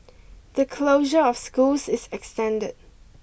the closure of schools is extended